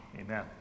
Amen